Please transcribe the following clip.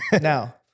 now